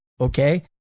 Okay